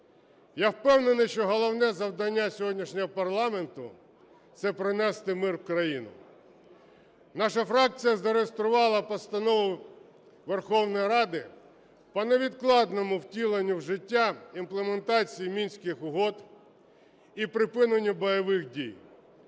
Я впевнений, що головне завдання сьогоднішнього парламенту – це принести мир в країну. Наша фракція зареєструвала Постанову Верховної Ради по невідкладному втіленню в життя імплементації Мінських угод і припиненню бойових дій.